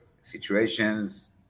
situations